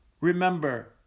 Remember